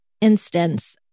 instance